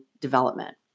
development